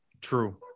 True